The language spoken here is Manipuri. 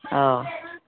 ꯑꯧ